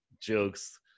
jokes